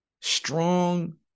strong